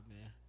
man